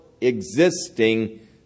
existing